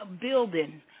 building